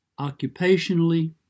occupationally